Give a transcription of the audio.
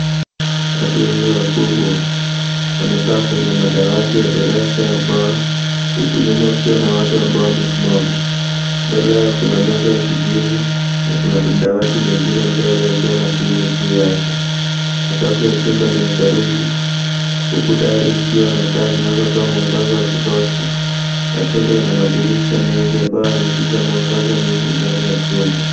Watu wengi wakubwa wamekaa kwenye madawati ya darasa ya mbao huku nyuma kukiwa watu ambao wamesimama. Mbele yao kuna meza ya kijivu na kuna madawati mengine mbele ikiwa na simu juu yake. Sakafu ya chumba ni ya saruji huku dari ikiwa na taa inayotoa mwangaza wa jutosha na chumba ina madirisha mengi yanaingiza mwangaza mwingi ndani ya chumba.